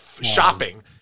shopping